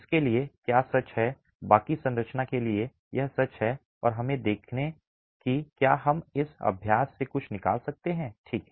उसके लिए क्या सच है बाकी संरचना के लिए यह सच है और हमें देखने दें कि क्या हम इस अभ्यास से कुछ निकाल सकते हैं ठीक है